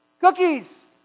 Cookies